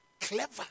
clever